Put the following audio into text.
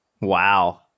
Wow